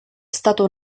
stato